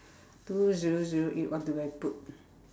two zero zero eight what do I put